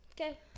Okay